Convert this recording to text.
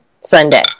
Sunday